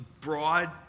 broad